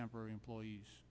temporary employees